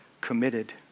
committed